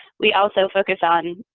we also focus on